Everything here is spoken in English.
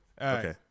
Okay